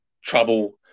trouble